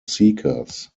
seekers